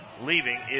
Leaving